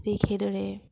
ঠিক সেইদৰে